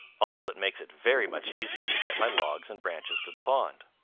also it makes it very much easier to get my logs and branches to the pond.